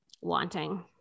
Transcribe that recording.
wanting